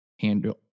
handle